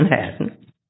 Manhattan